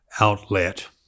outlet